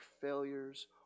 failures